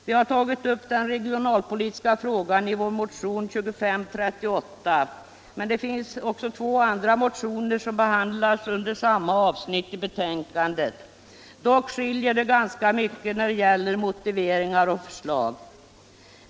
Vi har tagit upp den regionalpolitiska frågan i vår motion 2538, men det finns också två andra motioner som behandlas under samma avsnitt i betänkandet. Dock skiljer det ganska mycket när det gäller motiveringar och förslag.